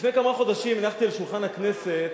לפני כמה חודשים הנחתי על שולחן הכנסת